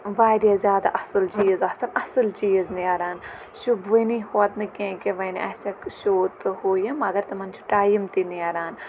واریاہ زیادٕ اَصٕل چیٖز آسان اَصٕل چیٖز نیران شُبوُنی ہوت نہٕ کینٛہہ کہِ وَنہِ آسٮ۪کھ شوٗ تہٕ ہُہ یہِ مگر تٕمَن چھُ ٹایم تہِ نیران